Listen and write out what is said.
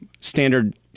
standard